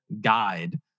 guide